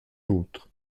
autres